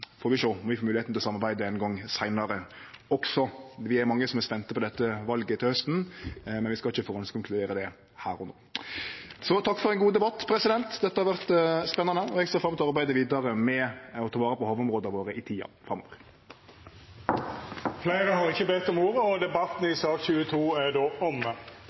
får vi sjå om vi også får moglegheita til å samarbeide ein gong seinare. Vi er mange som er spente på valet til hausten, men vi skal ikkje førehandskonkludere om det her og no. Takk for ein god debatt. Dette har vore spennande, og eg ser fram til å arbeide vidare med å ta vare på havområda våre i tida framover. Fleire har ikkje bedt om ordet til sak nr. 22.